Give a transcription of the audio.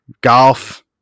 golf